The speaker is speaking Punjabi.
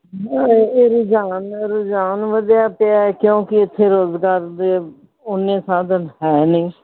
ਇਹ ਇਹ ਰੁਝਾਨ ਰੁਝਾਨ ਵਧਿਆ ਪਿਆ ਕਿਉਂਕਿ ਇੱਥੇ ਰੁਜ਼ਗਾਰ ਦੇ ਉਨੇ ਸਾਧਨ ਹੈ ਨਹੀਂ